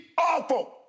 awful